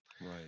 right